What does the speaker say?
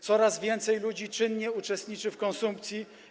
Coraz więcej ludzi czynnie uczestniczy w konsumpcji.